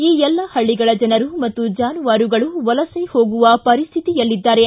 ಈ ಎಲ್ಲ ಹಳ್ಳಗಳ ಜನರು ಮತ್ತು ಜಾನುವಾರುಗಳು ವಲಸೆ ಹೋಗುವ ಪರಿಸ್ಥಿತಿಯಲ್ಲಿದ್ದಾರೆ